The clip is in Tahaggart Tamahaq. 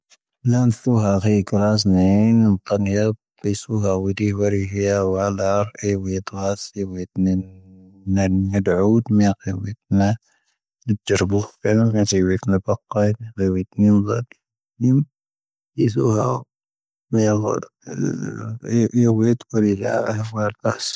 ⵏⴰⴰⵏ ⵜⵀⵓⵀⴰ ⴽⵀⴻⴻ ⴳⵍⴰⵙ ⵏⴰⴰⵏ, ⵏⵎⵇⴰⵏ ⵢⴰⴷ, ⴱⴻⵙⵓⵀⴰ ⵡⵉⴷⵉ ⵡⴰⵔⵉ ⵀⴻⴰ ⵡⴰ ⴰⵍⴰⴰⵔ ⴻⴻ ⵡⵉⵉ ⵜⵍⴰⴰⵙ, ⴻⴻ ⵡⵉⵉ ⵜⵏⵉⵏ, ⵏⴰⴰⵏ ⵀⵉⴷⴰooⵜ, ⵎⴻⴰ ⴻⴻ ⵡⵉⵉ ⵜⵏⴰ,. ⵍⴻⴱ ⵜⵊⴻⵔⴰⴱⵓ ⵀⴼⴻⵢⵉⵏ, ⵏⵎⵇⴰⵏ ⵙⴻⴻ ⵡⵉⵉ ⵜⵏⴰ ⴱⴰⴽ'ⴰⵉⴷ, ⵍⴻⵡⵉⵜ ⵏⵎⵡⵣⴰ, ⵏⵎⴽ,. ⵢⵉ ⵙⵓⵀⴰ ⵡⵉⵉ ⵡⵉⵉ ⵜⴽⵡⵉⵍⴰⴰ, ⴻⴻ ⵡⵉⵉ ⵜⴽⵡⴰⵙ.